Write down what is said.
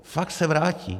Fakt se vrátí.